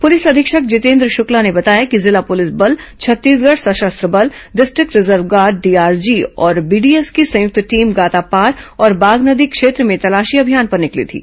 police अधीक्षक जितेन्द्र शुक्ला ने बताया कि जिला पुलिस बल छत्तीसगढ़ सशस्त्र बल डिस्ट्रिक्ट रिजर्व गार्ड डीआरजी और बीडीएस की संयुक्त टीम गातापार और बाघनदी क्षेत्र में तलाशी अभियान पर निकली थी